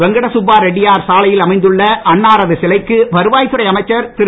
வெங்கடசுப்பா ரெட்டியார் சாலையில் அமைந்துள்ள அன்னாரது சிலைக்கு வருவாய்த் துறை அமைச்சர் திரு